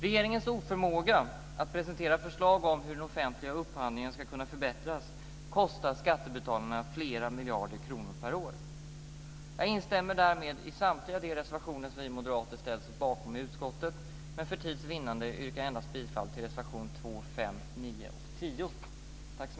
Regeringens oförmåga att presentera förslag om hur den offentliga upphandlingen ska kunna förbättras kostar skattebetalarna flera miljarder kronor per år. Jag instämmer därmed i samtliga de reservationer som vi moderater ställt oss bakom i utskottet, men för tids vinnande yrkar jag bifall endast till reservationerna 2, 5, 9 och 10.